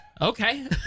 Okay